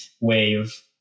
wave